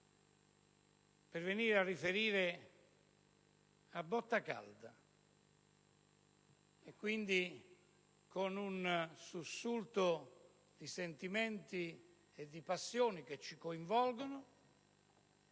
invito a riferire a botta calda, quindi con un sussulto di sentimenti e di passioni che ci coinvolgono,